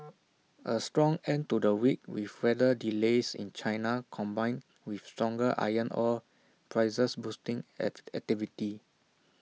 A strong end to the week with weather delays in China combined with stronger iron ore prices boosting act activity